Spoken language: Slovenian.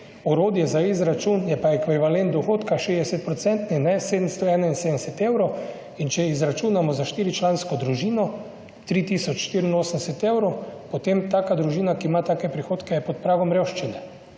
Orodje za izračun je pa ekvivalent dohodka 60 % ne 771 evrov. In če izračunamo za štiričlansko družino 3 tisoč 84 evrov, potem taka družina, ki ima take prihodke je pod pragom revščine